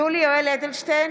(קוראת בשמות חברי הכנסת) יולי יואל אדלשטיין,